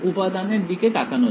উপাদানের দিকে তাকানো যাক